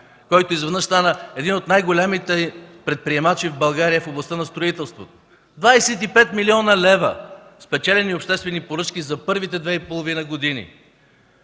който изведнъж стана един от най-големите предприемачи в България в областта на строителството. Двадесет и пет милиона лева спечелени обществени поръчки за първите две и половина години!